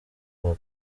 rwa